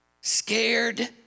scared